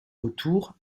autour